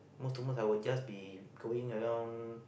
most to most I will just be going around